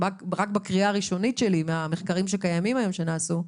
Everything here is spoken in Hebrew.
רק בקריאה הראשונית שלי מהמחקרים שקיימים היום שנעשו,